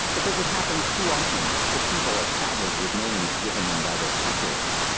because it happens too often that people are saddled with names given them by their conquerors.